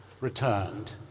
returned